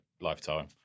lifetime